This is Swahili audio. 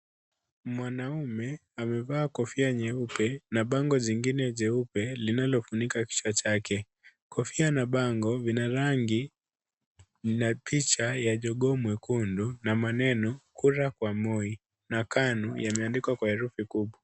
Mwanaume amevaa kofia nyeupe na bango zingine nyeupe linalofunika kichwa chake. Kofia na bango vina rangi na picha ya jogoo mwekundu na maneno kura kwa Moi na KANU yameandikwa kwa herufi kubwa.